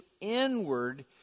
inward